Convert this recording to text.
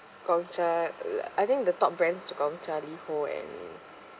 Gongcha uh I think the top brands Gongcha Liho and